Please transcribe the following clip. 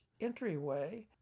entryway